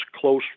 close